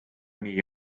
nii